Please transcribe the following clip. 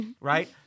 Right